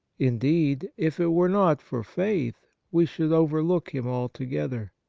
indeed, if it were not for faith we should overlook him altogether.